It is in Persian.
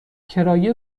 کرایه